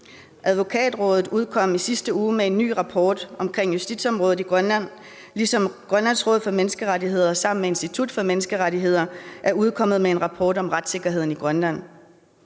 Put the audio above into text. Advokatrådet udkom sidste uge med en ny rapport om justitsområdet i Grønland, ligesom Grønlands Råd for Menneskerettigheder sammen med Institut for Menneskerettigheder er udkommet med en rapport om retssikkerheden i Grønland.